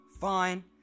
Fine